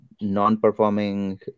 non-performing